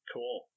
Cool